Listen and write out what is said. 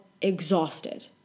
exhausted